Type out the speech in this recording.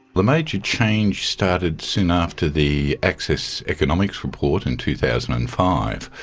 the major change started soon after the access economics report in two thousand and five,